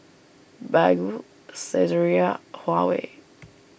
Baggu Saizeriya Huawei